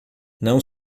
não